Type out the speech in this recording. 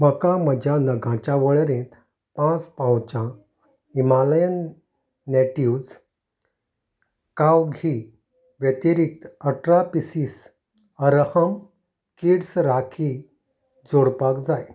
म्हका म्हज्या नगांच्या वळेरेंत पांच पावचां हिमालयन नेटिव्ह्ज काव घी व्यतिरिक्त अठरा पिसीस अरहम किड्स राखी जोडपाक जाय